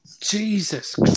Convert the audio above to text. Jesus